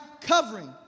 covering